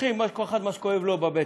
לוקחים כל אחד את מה שכואב לו בבטן,